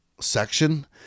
section